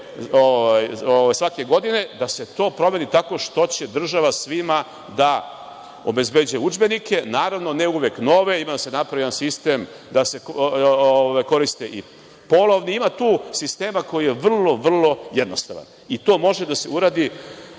svake godine, da se to promeni tako što će država svima da obezbeđuje udžbenike. Naravno, ne uvek nove, ima da se napravi jedan sistem da se koriste i polovni, ima tu sistema koji je vrlo, vrlo jednostavan. I to može da se uradi